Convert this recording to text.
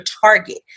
target